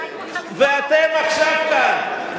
ואתם עכשיו כאן,